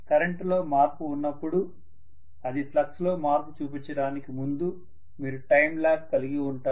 కరెంటులో మార్పు ఉన్నపుడు అది ఫ్లక్స్ లో మార్పు చూపించడానికి ముందు మీరు టైం లాగ్ కలిగిఉంటారు